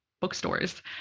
bookstores